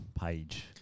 page